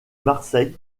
marseille